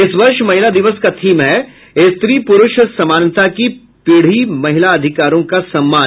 इस वर्ष महिला दिवस का थीम है स्त्री पुरुष समानता की पीढ़ी महिला अधिकारों का सम्मान